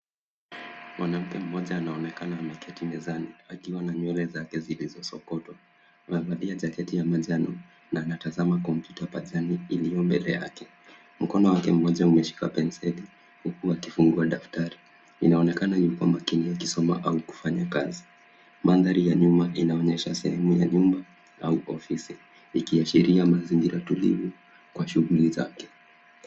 Mwanamke mmoja anaonekana ameketi mezani akiwa na nywele zake zilizosokotwa anavalia jaketi ya manjano na anatazama komputa pajani iliyo mbele yake. Mkono wake mmoja umeshika penseli huku akifungua daftari. Inaonekana yuko makini akisoma au kufanya kazi. Mandhari ya nyuma inaonyesha sehemu ya nyumba au ofisi ikiashiria mazingira tulivu kwa shughuli zake.